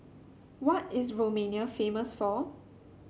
what is Romania famous for